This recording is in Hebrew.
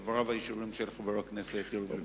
על דבריו של חבר הכנסת יריב לוין.